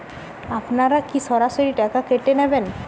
আপনারা কি সরাসরি টাকা কেটে নেবেন?